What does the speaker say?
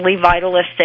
vitalistic